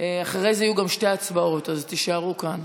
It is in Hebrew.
אחרי זה יהיו גם שתי הצבעות, אז תישארו כאן.